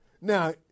Now